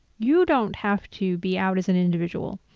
you don't have to be out as an individual.